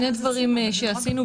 שני דברים שעשינו,